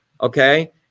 okay